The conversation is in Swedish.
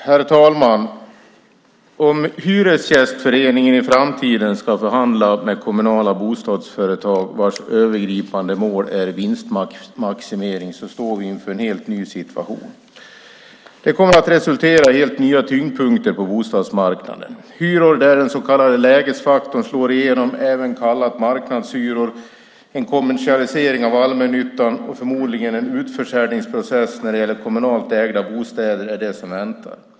Herr talman! Om Hyresgästföreningen i framtiden ska förhandla med kommunala bostadsföretag vilkas övergripande mål är vinstmaximering står vi inför en helt ny situation. Det kommer att resultera i helt nya tyngdpunkter på bostadsmarknaden. Hyror där den så kallade lägesfaktorn slår igenom, även kallade marknadshyror, en kommersialisering av allmännyttan och förmodligen en utförsäljningsprocess när det gäller kommunalt ägda bostäder är det som väntar.